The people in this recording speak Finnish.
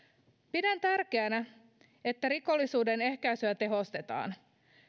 pidän tärkeänä että rikollisuuden ehkäisyä tehostetaan